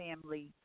family